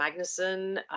magnuson